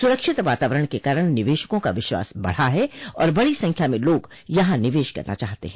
सुरक्षित वातावरण के कारण निवेशकों का विश्वास बढ़ा है और बड़ी संख्या में लोग यहां निवेश करना चाहते हैं